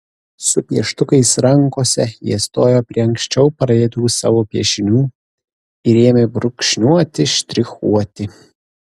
su pieštukais rankose jie stojo prie anksčiau pradėtų savo piešinių ir ėmė brūkšniuoti štrichuoti